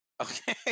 okay